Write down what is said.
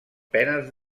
penes